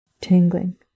tingling